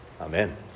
amen